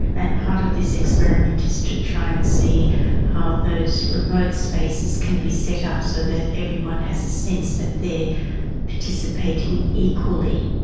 and part of this experiment is to try and see how those remote spaces can be set up so that everyone has a sense that they are participating equally.